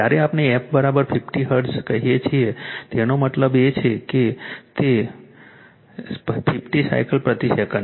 જ્યારે આપણે f 50 hertz કહીએ છીએ એનો મતલબ એ છે કે તે 50 સાયકલ પ્રતિ સેકન્ડ છે